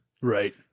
right